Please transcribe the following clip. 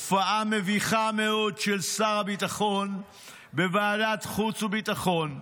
הופעה מביכה מאוד של שר הביטחון בוועדת החוץ והביטחון.